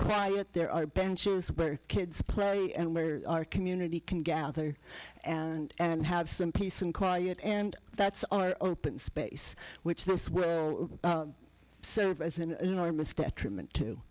quiet there are band shows where kids play and where our community can gather and have some peace and quiet and that's our open space which this will serve as an enormous detriment to